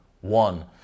one